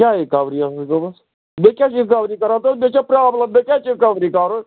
کیٛاہ رِکَوری ٲسٕکھ گٲمٕژ مےٚ کیٛاہ چھِ رِکَوری کَرُن ہَتہٕ حظ مےٚ چھا پرٛابلَم مےٚ کیٛاہ چھُ رِکَوری کَرُن